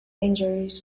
injuries